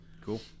Cool